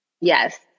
Yes